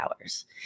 hours